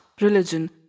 Religion